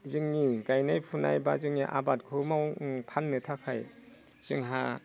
जोंनि गायनाय फुनाय बा जोंनि आबादखौ फाननो थाखाय जोंहा